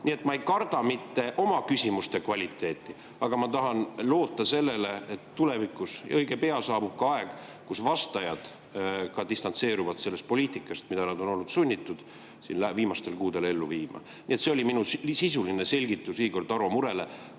Nii et ma ei karda mitte oma küsimuste kvaliteeti, vaid ma tahan loota sellele, et tulevikus, õige pea, saabub aeg, kui vastajad ka distantseeruvad sellest poliitikast, mida nad on olnud sunnitud siin viimastel kuudel ellu viima. Nii et see oli minu sisuline selgitus Igor Tarole,